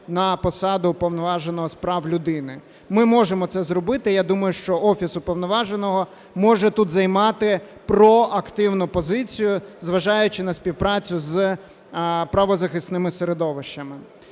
на посаду Уповноваженого з прав людини. Ми можемо це зробити. Я думаю, що Офіс Уповноваженого може тут займати проактивну позицію, зважаючи на співпрацю з правозахисними середовищами.